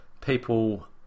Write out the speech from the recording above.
People